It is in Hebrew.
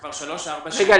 כבר שלוש-ארבע שנים --- רגע,